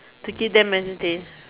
to give them entertain